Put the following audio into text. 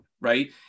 right